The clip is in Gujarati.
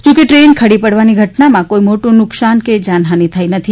જોકે ટ્રેન ખડી પડવાની ઘટનામાં કોઈ મોટુ નુકશાન કે જાનફાનિ થઈ નથી